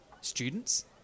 students